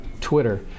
Twitter